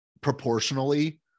proportionally